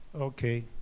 Okay